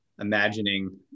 imagining